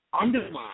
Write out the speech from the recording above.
undermine